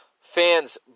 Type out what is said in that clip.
fans